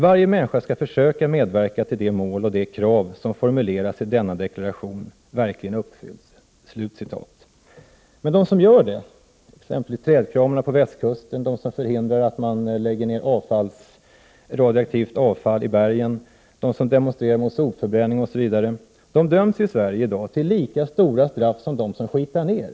Varje människa skall försöka medverka till att de mål och de krav som formuleras i denna deklaration verkligen uppfylls.” De som gör det, exempelvis trädkramarna på västkusten, de som förhindrar att man lägger ner radioaktivt avfall i bergen, de som demonstrerar mot sopförbränning osv., döms i Sverige av i dag till lika stora straff som de som smutsar ner.